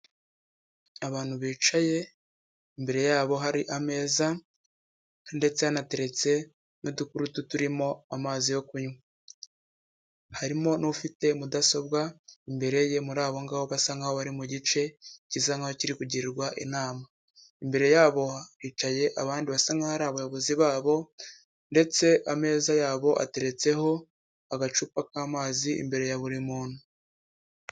Abantu bicaye imbere yabo hari ameza ndetse hanateretse n'udugurudu turimo amazi yo kunywa. Harimo n'ufite mudasobwa imbere ye muri abo ngabo basa nkaho bari mu gice kiri kugirwa inama. Imbere yabo hicaye abandi basa nkaho ari abayobozi babo ndetse ameza yabo ateretse agacupa k'amazi imbere ya buri muntu.